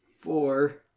Four